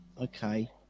okay